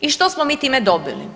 I što smo mi time dobili?